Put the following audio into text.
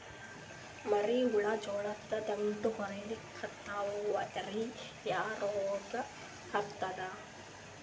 ಮರಿ ಹುಳ ಜೋಳದ ದಂಟ ಕೊರಿಲಿಕತ್ತಾವ ರೀ ಯಾ ರೋಗ ಹತ್ಯಾದ?